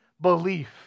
belief